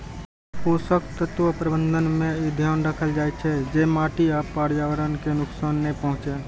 पोषक तत्व प्रबंधन मे ई ध्यान राखल जाइ छै, जे माटि आ पर्यावरण कें नुकसान नै पहुंचै